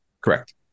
Correct